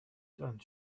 and